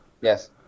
Yes